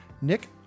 Nick